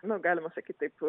nu galima sakyt taip